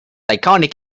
iconic